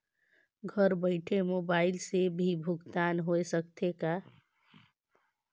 घर बइठे मोबाईल से भी भुगतान होय सकथे का?